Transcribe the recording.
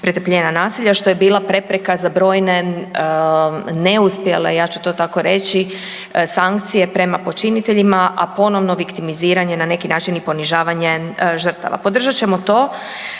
pretrpljenja nasilja, što je bila prepreka za brojne, neuspjele, ja ću to tako reći, sankcije prema počiniteljima, a ponovno viktimiziranje na neki način i ponižavanje žrtava. Podržat ćemo to